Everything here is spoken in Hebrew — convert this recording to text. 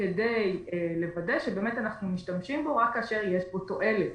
כדי לוודא שבאמת אנחנו משתמשים בו רק כאשר יש בו תועלת.